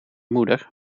moeder